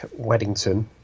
Weddington